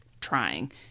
trying